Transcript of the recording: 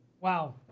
Wow